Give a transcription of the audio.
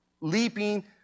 leaping